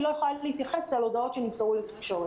אני לא יכולה להתייחס להודעות שנמסרו לתקשורת.